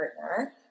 partner